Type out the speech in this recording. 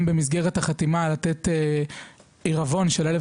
במסגרת החתימה אתה צריך גם לתת ערבון של אלף